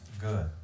good